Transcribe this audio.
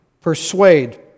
persuade